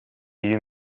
you